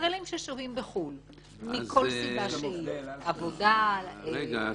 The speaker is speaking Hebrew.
--- ישראלים ששוהים בחו"ל מכל סיבה שהיא עבודה --- רגע,